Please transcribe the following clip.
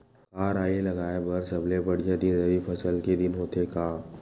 का राई लगाय बर सबले बढ़िया दिन रबी फसल के दिन होथे का?